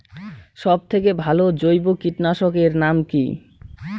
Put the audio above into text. সব থেকে ভালো জৈব কীটনাশক এর নাম কি?